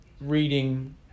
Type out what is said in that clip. reading